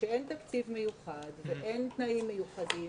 כשאין תקציב מיוחד ואין תנאים מיוחדים